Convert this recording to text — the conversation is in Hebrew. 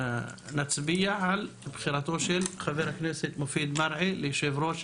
נצביע על בחירתו של חבר הכנסת מופיד מרעי ליושב ראש